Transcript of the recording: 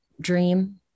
dream